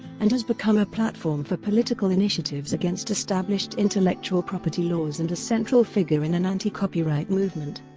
and has become a platform for political initiatives against established intellectual property laws and a central figure in an anti-copyright movement.